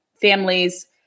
families